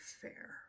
fair